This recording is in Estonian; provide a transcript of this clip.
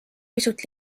pisut